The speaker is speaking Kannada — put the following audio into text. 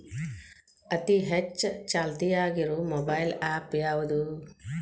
ಅತಿ ಹೆಚ್ಚ ಚಾಲ್ತಿಯಾಗ ಇರು ಮೊಬೈಲ್ ಆ್ಯಪ್ ಯಾವುದು?